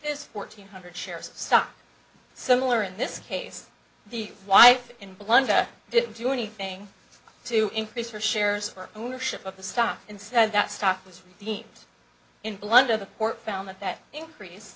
this fourteen hundred shares of stock similar in this case the wife in blunder didn't do anything to increase her shares or ownership of the stock and said that stock was deep in blunder the court found that that increase